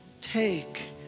take